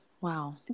Wow